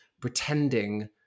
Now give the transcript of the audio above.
pretending